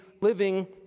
living